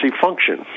function